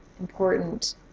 important